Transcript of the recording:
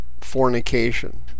fornication